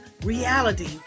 reality